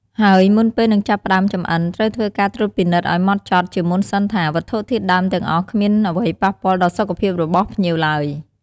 ហើយមុនពេលនឹងចាប់ផ្តើមចម្អិន ត្រូវធ្វើការត្រួតពិនិត្យអោយម៉ត់ចត់ជាមុនសិនថា វត្ថុធាតុដើមទាំងអស់គ្មានអ្វីប៉ះពាល់ដល់សុខភាពរបស់ភ្ញៀវឡើយ។